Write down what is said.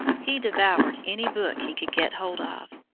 he devoured any book he could get hold of.